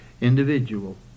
Individual